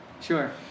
Sure